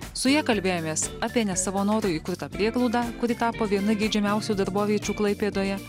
su ja kalbėjomės apie ne savo noru įkurtą prieglaudą kuri tapo viena geidžiamiausių darboviečių klaipėdoje